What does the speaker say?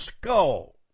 skull